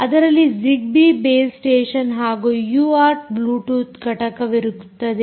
ಇದರಲ್ಲಿ ZigBee base station ಹಾಗೂ UART Bluetooth ಘಟಕವಿರುತ್ತದೆ